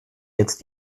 jetzt